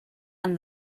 and